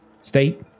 state